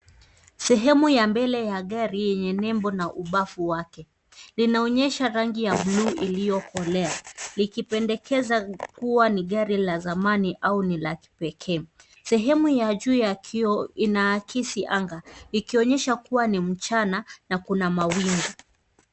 Sehemu ya mbele ya gari yenye nembo na ubafu wake. Linaonyesha rangi ya bluu iliyokolea; likipendekeza kuwa ni gari la zamani au ni la kipeke. Sehemu ya juu ya kioo inaakisi anga ikionyesha kuwa ni mchana na kuna mawingu.